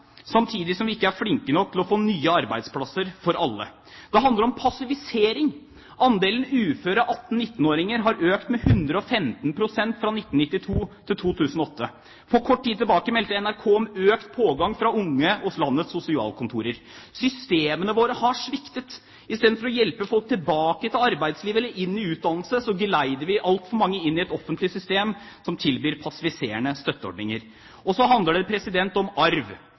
samtidig som vi ikke er flinke nok til å få nye arbeidsplasser til alle. Det handler om passivisering. Andelen uføre 18–19-åringer har økt med 115 pst. fra 1992 til 2008. For kort tid tilbake meldte NRK om økt pågang fra unge hos landets sosialkontorer. Systemene våre har sviktet. I stedet for å hjelpe folk tilbake til arbeidslivet eller inn i utdannelse, geleider vi altfor mange inn i et offentlig system som tilbyr passiviserende støtteordninger. Og så handler det om arv,